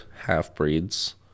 half-breeds